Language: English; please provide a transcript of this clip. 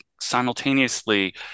simultaneously